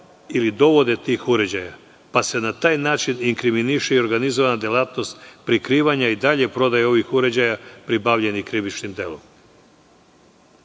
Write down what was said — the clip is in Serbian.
ili dovode tih uređaja, pa se na taj način inkriminiše i organizovana delatnost prikrivanja i dalje prodaje ovih uređaja pribavljenih krivičnim delom. Na